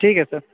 ठीक है सर